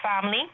family